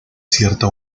cierta